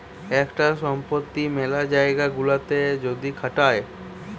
একটা সম্পত্তি মেলা জায়গা গুলাতে যদি খাটায়